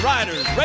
Riders